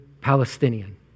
Palestinian